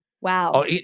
Wow